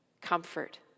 comfort